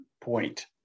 point